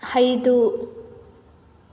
ಐದು